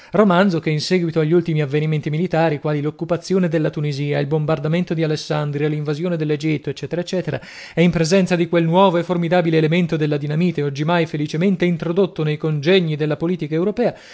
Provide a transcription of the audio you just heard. romanzo che in seguito agli ultimi avvenimenti militari quali l'occupazione della tunisia il bombardamento di alessandria l'invasione dell'egitto ecc ecc e in presenza di quel nuovo e formidabile elemento della dinamite oggimai felicemente introdotto nei congegni della politica europea